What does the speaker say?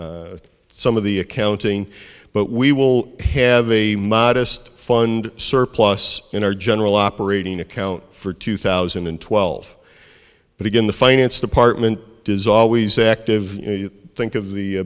some of the accounting but we will have a modest fund surplus in our general operating account for two thousand and twelve but again the finance department does always active think of the